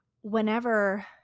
whenever